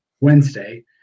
Wednesday